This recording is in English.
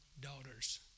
daughters